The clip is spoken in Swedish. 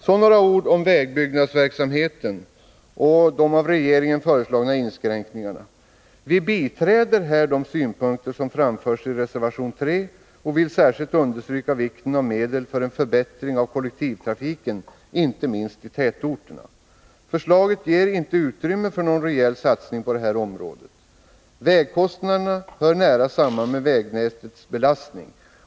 Så några ord om vägbyggnadsverksamheten och de av regeringen föreslagna inskränkningarna. Vi biträder här de synpunkter som framförs i reservation 3 och vill särskilt understryka vikten av medel för en förbättring av kollektivtrafiken, inte minst i tätorterna. Förslaget ger inte utrymme för någon rejäl satsning på detta område. Vägkostnaderna hör nära samman med vägnätets belastning.